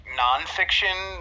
nonfiction